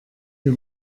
wir